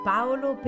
Paolo